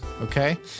Okay